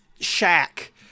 shack